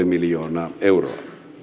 miljoonaa euroa